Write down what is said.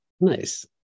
Nice